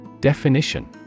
Definition